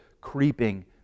creeping